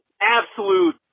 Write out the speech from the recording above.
absolute